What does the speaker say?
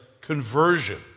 conversion